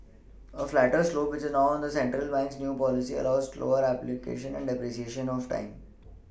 a flatter slope which is now the central bank's new policy allows slower appreciation or depreciation of time